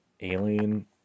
alien